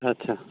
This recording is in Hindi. अच्छा